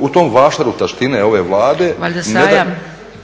u tom vašaru taštine ove Vlade